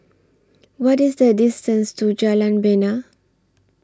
What IS The distance to Jalan Bena